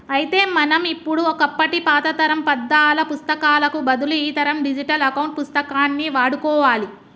అయితే మనం ఇప్పుడు ఒకప్పటి పాతతరం పద్దాల పుత్తకాలకు బదులు ఈతరం డిజిటల్ అకౌంట్ పుస్తకాన్ని వాడుకోవాలి